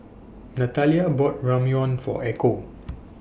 Nathalia bought Ramyeon For Echo